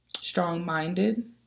strong-minded